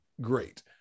great